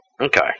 Okay